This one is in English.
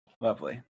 lovely